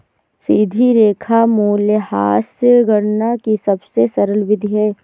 सीधी रेखा मूल्यह्रास गणना की सबसे सरल विधि है